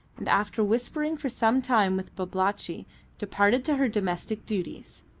and after whispering for some time with babalatchi departed to her domestic duties.